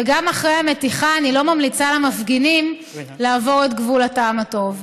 וגם אחרי המתיחה אני לא ממליצה למפגינים לעבור את גבול הטעם הטוב.